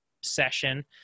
session